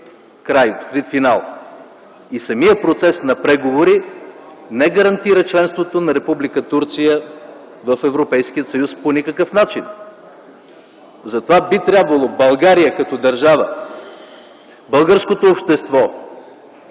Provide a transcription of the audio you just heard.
край, открит финал. Самият процес на преговори не гарантира членството на Република Турция в Европейския съюз по никакъв начин. Затова би трябвало България като държава – българското общество,